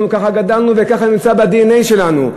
אנחנו ככה גדלנו וככה זה נמצא בדנ"א שלנו,